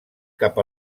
cap